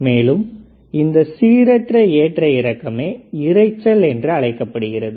மேலும் இந்த சீரற்ற ஏற்ற இறக்கமே இரைச்சல் என்று அழைக்கப்படுகிறது